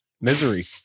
misery